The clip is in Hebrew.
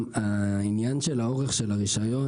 העניין של האורך של הרישיון,